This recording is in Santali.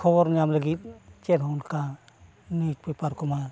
ᱠᱷᱚᱵᱚᱨ ᱧᱟᱢ ᱞᱟᱹᱜᱤᱫ ᱪᱮᱫ ᱦᱚᱸ ᱚᱱᱠᱟ ᱱᱤᱭᱩᱡᱽᱯᱮᱯᱟᱨ ᱠᱚᱢᱟ